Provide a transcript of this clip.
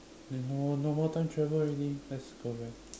then no no more time travel already let's go back